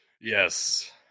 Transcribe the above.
Yes